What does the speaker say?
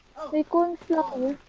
the colony novel